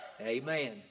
Amen